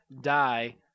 die